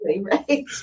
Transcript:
right